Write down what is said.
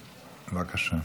בבקשה.